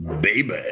baby